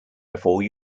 before